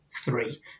three